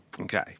Okay